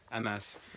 MS